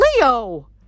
Leo